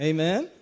Amen